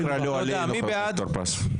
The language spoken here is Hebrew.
מה שנקרא לא עלינו, חבר הכנסת טור פז.